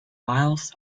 miles